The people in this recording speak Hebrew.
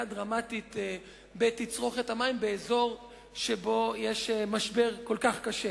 דרמטית בתצרוכת המים באזור שבו יש משבר כל כך קשה.